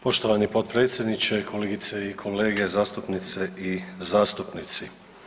Poštovani potpredsjedniče, kolegice i kolege, zastupnice i zastupnici.